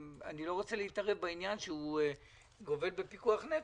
אני לא רוצה להתערב בעניין שגובל בפיקוח נפש,